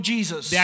Jesus